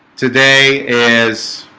today is